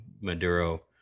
Maduro